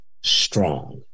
strong